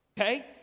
Okay